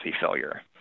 failure